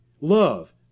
Love